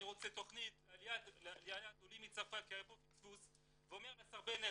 אני רוצה תכנית לעליית עולים מצרפת כי היה פה פספוס" ואומר לשר בנט